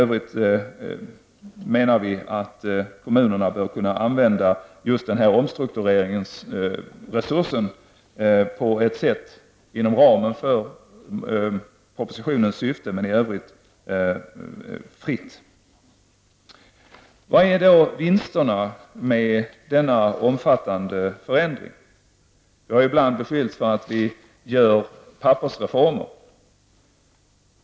Vi menar att kommunerna bör kunna använda den här omstruktureringsresursen inom ramen för propositionens syften men i övrigt fritt. Vilka är då vinsterna med denna omfattande förändring? Vi har ibland beskyllts för att göra pappersreformer.